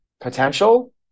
potential